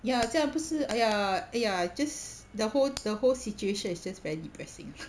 ya 这样不是 !aiya! !aiya! just the whole the whole situation is just very depressing